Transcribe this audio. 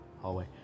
hallway